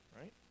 right